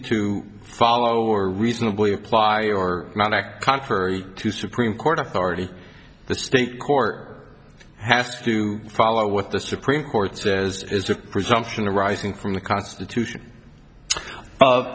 to follow or reasonably apply or not act contrary to supreme court authority the state court has to follow what the supreme court says is a presumption arising from the constitution